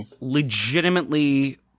legitimately